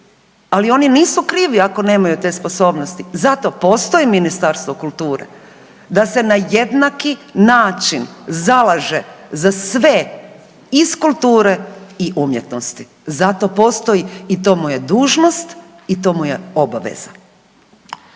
ali oni nisu krivi ako nemaju te sposobnosti. Zato postoji Ministarstvo kulture da se na jednaki način zalaže za sve iz kulture i umjetnosti, zato postoji i to mu je dužnost i to mu je obaveza.